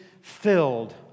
filled